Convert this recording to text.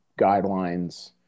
guidelines